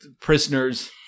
prisoners